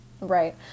Right